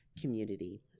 community